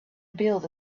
built